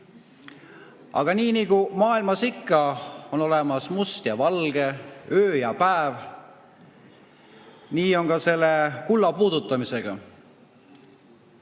Aga nii nagu maailmas ikka, on olemas must ja valge, öö ja päev. Nii on ka selle kulla puudutamisega.